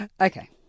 Okay